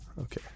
Okay